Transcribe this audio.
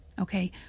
okay